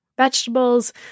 vegetables